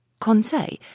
Conseil